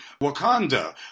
Wakanda